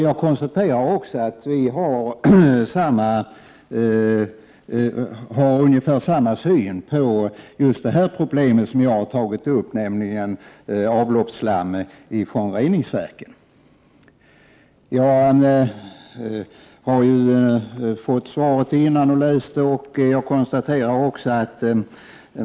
Jag konstaterar också att vi har ungefär samma syn på det problem som jag har tagit upp, nämligen avloppsslam från reningsverk. Jag har fått svaret i förväg och läst det.